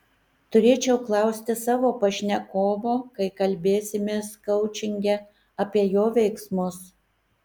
turėčiau klausti savo pašnekovo kai kalbėsimės koučinge apie jo veiksmus